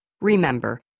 Remember